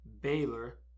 Baylor